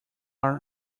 are